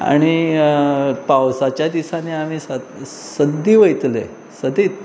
आनी पावसाच्या दिसांनी आमी सदी वयतले सदीच